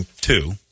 Two